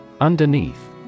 Underneath